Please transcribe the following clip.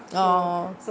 orh